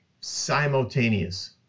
simultaneous